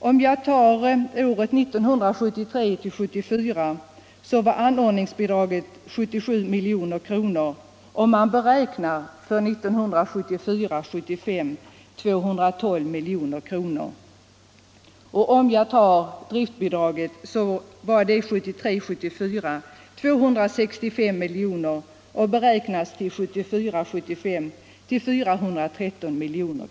Om jag då tar året 1973 75 till 212 milj.kr. Jag finner också att driftbidraget 1973 75.